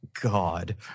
God